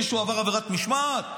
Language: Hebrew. מישהו עבר עבירת משמעת,